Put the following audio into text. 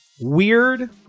weird